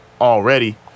already